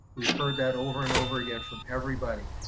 we've heard that over and over again from everybody.